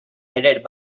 headed